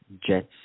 jet's